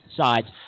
sides